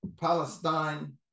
Palestine